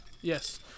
Yes